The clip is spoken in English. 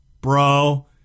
bro